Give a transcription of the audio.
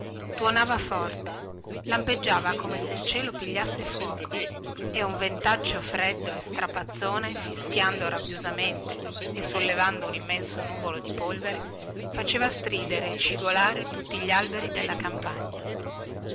tuonava forte forte lampeggiava come se il cielo pigliasse fuoco e un ventaccio freddo e strapazzone fischiando rabbiosamente e sollevando un immenso nuvolo di polvere faceva stridere e cigolare tutti gli alberi della campagna